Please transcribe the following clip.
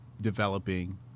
developing